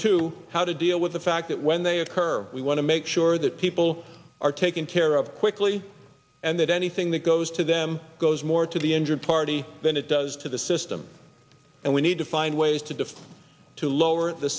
two how to deal with the fact that when they occur we want to make sure that people are taken care of quickly and that anything that goes to them goes more to the injured party than it does to the system and we need to find ways to define to lower the